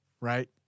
right